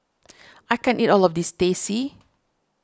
I can't eat all of this Teh C